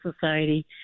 Society